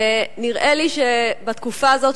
ונראה לי שבתקופה הזאת,